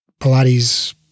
Pilates